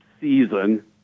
season